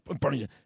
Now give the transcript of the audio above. Bernie